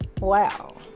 Wow